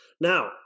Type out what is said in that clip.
Now